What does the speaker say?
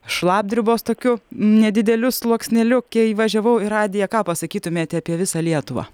šlapdribos tokiu nedideliu sluoksneliu kei važiavau į radiją ką pasakytumėte apie visą lietuvą